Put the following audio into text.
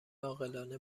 عاقلانه